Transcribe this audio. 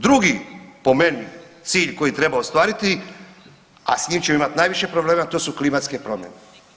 Drugi po meni cilj koji treba ostvariti, a s njim ćemo imati najviše problema to su klimatske promjene.